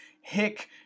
hick